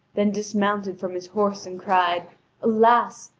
then dismounted from his horse, and cried alas,